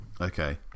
Okay